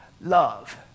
love